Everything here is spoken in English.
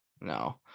No